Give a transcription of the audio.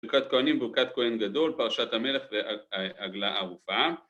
‫ברכת כהנים, ברכת כהן גדול, ‫פרשת המלך ועגלה ערופה.